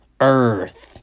earth